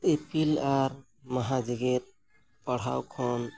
ᱤᱯᱤᱞ ᱟᱨ ᱢᱚᱦᱟ ᱡᱮᱜᱮᱫ ᱯᱟᱲᱦᱟᱣ ᱠᱷᱚᱱ